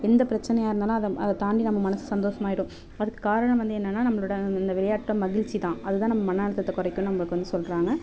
எந்த பிரச்சனையாக இருந்தாலும் அதை அதை தாண்டி நம்ம மனசு சந்தோஷமாயிடும் அதுக்கு காரணம் வந்து என்னென்னா நம்மளோட அந்த விளையாட்டை மகிழ்ச்சி தான் அதுதான் நம்ம மன அழுத்தத்தை குறைக்கும் நம்மளுக்கு வந்து சொல்கிறாங்க